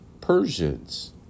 Persians